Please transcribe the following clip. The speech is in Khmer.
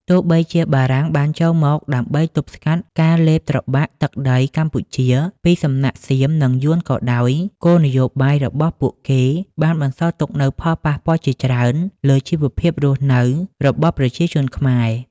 ទោះបីជាបារាំងបានចូលមកដើម្បីទប់ស្កាត់ការលេបត្របាក់ទឹកដីកម្ពុជាពីសំណាក់សៀម និងយួនក៏ដោយ គោលនយោបាយរបស់ពួកគេបានបន្សល់ទុកនូវផលប៉ះពាល់ជាច្រើនលើជីវភាពរស់នៅរបស់ប្រជាជនខ្មែរ។